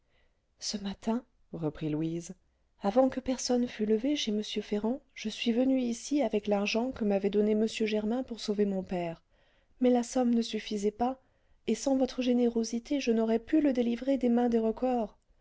ce matin reprit louise avant que personne fût levé chez m ferrand je suis venue ici avec l'argent que m'avait donné m germain pour sauver mon père mais la somme ne suffisait pas et sans votre générosité je n'aurais pu le délivrer des mains des recors